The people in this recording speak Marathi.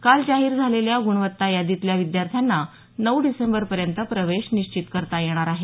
काल जाहीर झालेल्या गुणवत्ता यादीतल्या विद्यार्थ्यांना नऊ डिसेंबरपर्यंत प्रवेश निश्चित करता येणार आहे